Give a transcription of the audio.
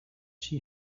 she